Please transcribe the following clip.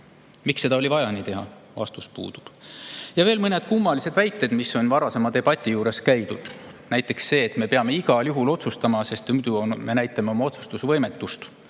Miks seda oli vaja nii teha? Vastus puudub. Ja veel mõned kummalised väited, mis on varasemas debatis välja käidud. Näiteks see, et me peame igal juhul otsustama, sest muidu me näitame oma otsustusvõimetust